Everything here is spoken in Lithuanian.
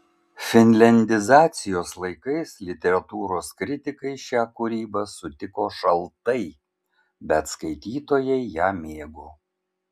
finliandizacijos laikais literatūros kritikai šią kūrybą sutiko šaltai bet skaitytojai ją mėgo